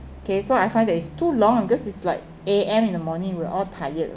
okay so I find that it's too long because it's like A_M in the morning we're all tired